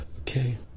Okay